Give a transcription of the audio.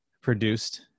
produced